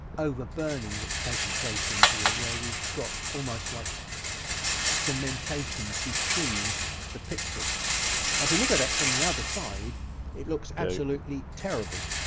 over burning that's taken place in here where we've got almost like cementation between the pixels if we look at it from the other side it looks absolutely terrible.